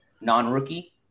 non-rookie